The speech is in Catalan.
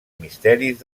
misteris